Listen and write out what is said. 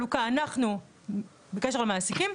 אנחנו על המעסיקים,